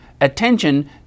Attention